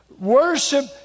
Worship